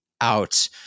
out